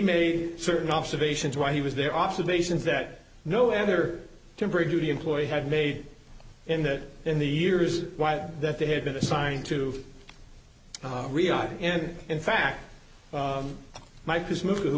made certain observations while he was there observations that no other temporary duty employee had made in that in the years that they had been assigned to reality and in fact